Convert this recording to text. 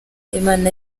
imana